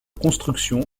construction